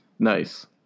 Nice